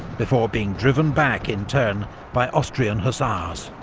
before being driven back in turn by austrian hussars.